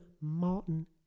Martin